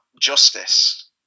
justice